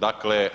Dakle,